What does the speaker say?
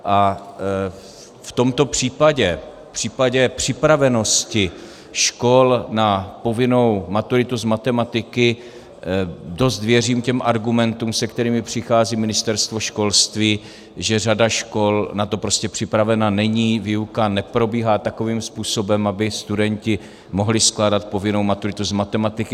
V tomto případě, v případě připravenosti škol na povinnou maturitu z matematiky, dost věřím těm argumentům, s kterými přichází Ministerstvo školství, že řada škol na to prostě připravena není, výuka neprobíhá takovým způsobem, aby studenti mohli skládat povinnou maturitu z matematiky.